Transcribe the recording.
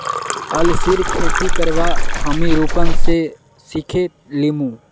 अलसीर खेती करवा हामी रूपन स सिखे लीमु